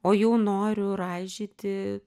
o jau noriu raižyti